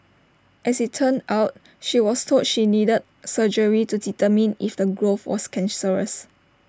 as IT turned out she was told she needed surgery to determine if the growth was cancerous